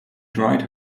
dried